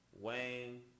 Wayne